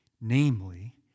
Namely